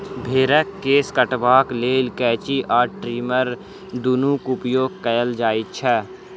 भेंड़क केश कटबाक लेल कैंची आ ट्रीमर दुनूक उपयोग कयल जाइत छै